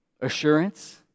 assurance